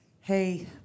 Hey